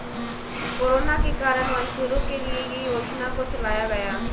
corona के कारण मजदूरों के लिए ये योजना को चलाया गया